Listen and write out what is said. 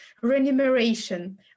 remuneration